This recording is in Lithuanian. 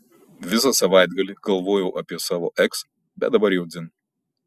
visą savaitgalį galvojau apie savo eks bet dabar jau dzin